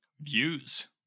Views